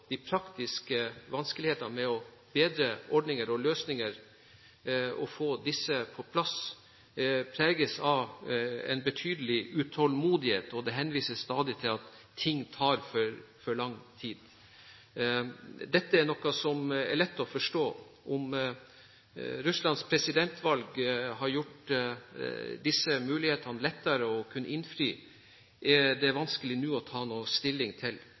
de praktiske vanskelighetene med å få bedre ordninger og løsninger på plass er mange, og dette preges av en betydelig utålmodighet. Det henvises stadig til at ting tar for lang tid, noe som er lett å forstå. Om Russlands presidentvalg har gjort dette lettere, er det vanskelig å ta stilling til